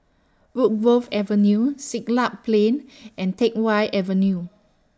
Woodgrove Avenue Siglap Plain and Teck Whye Avenue